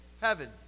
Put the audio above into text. heaven